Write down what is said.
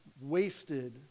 wasted